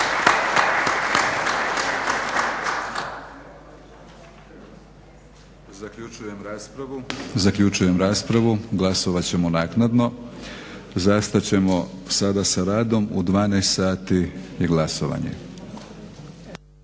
Zaključujem raspravu. Glasovat ćemo naknadno. Zastat ćemo sada sa radom. U 12 sati je glasovanje.